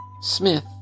Smith